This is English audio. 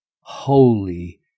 holy